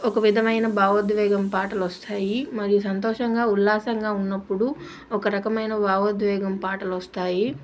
ఒక విధమైన భావోద్వేగం పాటలొస్తాయి మరియు సంతోషంగా ఉల్లాసంగా ఉన్నప్పుడు ఒక రకమైన భావోద్వేగం పాటలొస్తాయి